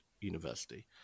university